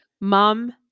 Mom